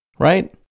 Right